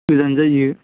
गोजान जायो